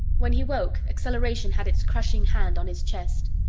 when he woke, acceleration had its crushing hand on his chest.